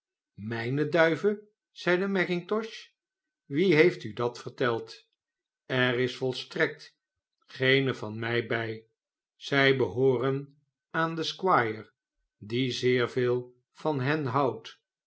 mijne duiven zeide mackintosh wie heeft u dat verteld er is volstrekt geene van mij bij zij behooren aan den squire die zeer veel van hen houdt